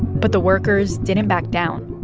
but the workers didn't back down.